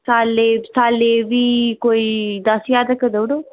सालै दी सालै दी कोई दस ज्हार तक देई ओड़ो